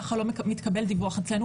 ככה לא מתקבל דיווח אצלנו,